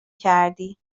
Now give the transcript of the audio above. کردی